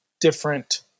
different